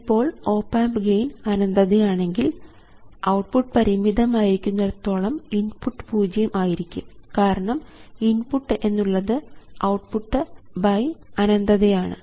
ഇപ്പോൾ op amp gain അനന്തതയാണെങ്കിൽ output പരിമിതം ആയിരിക്കുന്നിടത്തോളം ഇൻപുട്ട് പൂജ്യം ആയിരിക്കും കാരണം ഇൻപുട്ട് എന്നുള്ളത് ഔട്ട്പുട്ട് ∞ ആണ്